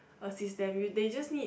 assist them you they just need